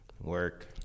work